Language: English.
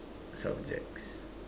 subjects